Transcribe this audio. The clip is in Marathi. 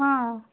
हां